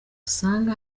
usanga